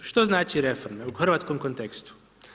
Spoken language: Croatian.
Što znači reforme u hrvatskom kontekstu?